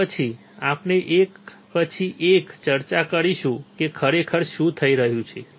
અને પછી આપણે એક પછી એક ચર્ચા કરીશું કે ખરેખર શું થઈ રહ્યું છે